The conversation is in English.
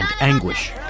anguish